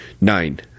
Nine